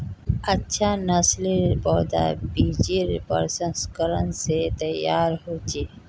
अच्छा नासलेर पौधा बिजेर प्रशंस्करण से तैयार होचे